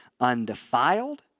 undefiled